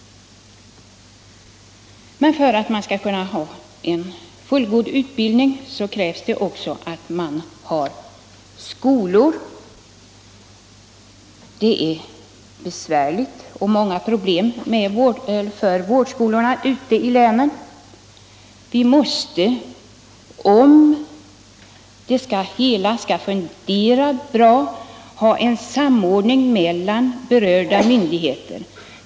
Men för att man skall kunna ha en fullgod utbildning krävs också att man har vårdskolor. Vi måste, om det hela skall fungera bra, ha en samordning mellan berörda myndigheter.